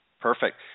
Perfect